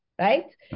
Right